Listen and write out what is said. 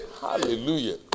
Hallelujah